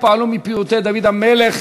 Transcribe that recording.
התפעלו מפיוטי דוד המלך